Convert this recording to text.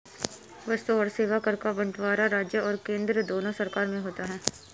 वस्तु और सेवा कर का बंटवारा राज्य और केंद्र दोनों सरकार में होता है